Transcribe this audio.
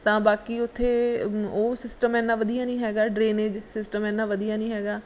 ਤਾਂ ਬਾਕੀ ਉੱਥੇ ਉਹ ਸਿਸਟਮ ਇੰਨਾ ਵਧੀਆ ਨਹੀਂ ਹੈਗਾ ਡਰੇਨੇਜ ਸਿਸਟਮ ਐਨਾ ਵਧੀਆ ਨਹੀਂ ਹੈਗਾ